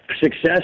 success